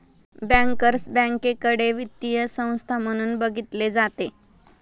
bankers बँकेकडे वित्तीय संस्था म्हणून बघितले जाते